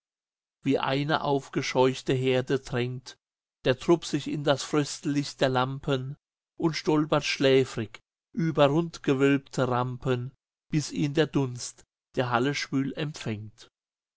wie eine aufgescheuchte herde drängt der trupp sich in das fröstellicht der lampen und stolpert schläfrig über rundgewölbte rampen bis ihn der dunst der halle schwül empfängt